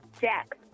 Jack